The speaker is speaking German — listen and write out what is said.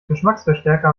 geschmacksverstärker